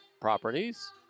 properties